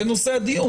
זה נושא הדיון.